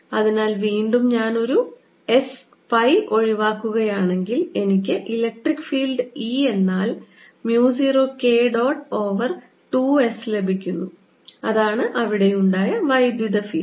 അതിനാൽ വീണ്ടും ഞാൻ ഒരു S പൈ എന്നിവ ഒഴിവാക്കുകയാണെങ്കിൽ എനിക്ക് ഇലക്ട്രിക് ഫീൽഡ് E എന്നാൽ mu 0 K dot over 2 S ലഭിക്കുന്നു ആണ് അവിടെ ഉണ്ടായ വൈദ്യുത ഫീൽഡ്